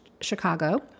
Chicago